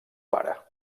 pare